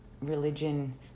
religion